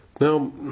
now